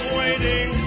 waiting